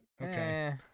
Okay